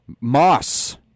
moss